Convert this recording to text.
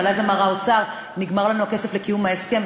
אבל אז אמר האוצר: נגמר לנו הכסף לקיום ההסכם,